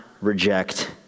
reject